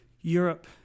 Europe